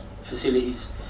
facilities